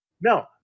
No